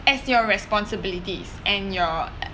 as your responsibilities and your